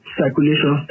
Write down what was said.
circulation